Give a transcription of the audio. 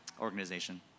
organization